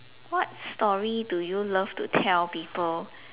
what story do you love to tell people